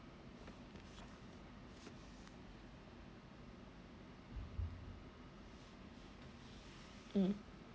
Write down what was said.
mm